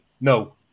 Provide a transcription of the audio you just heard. no